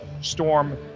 storm